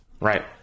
Right